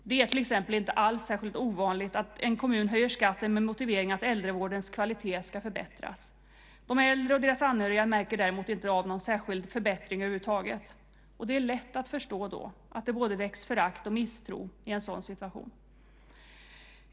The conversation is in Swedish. Det är till exempel inte alls särskilt ovanlig att en kommun höjer skatten med motiveringen att äldrevårdens kvalitet ska förbättras. De äldre och deras anhöriga märker dock inte av någon särskild förbättring över huvud taget. Det är lätt att förstå att det väcks både förakt och misstro i en sådan situation.